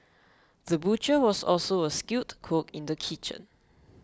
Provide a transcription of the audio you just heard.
the butcher was also a skilled cook in the kitchen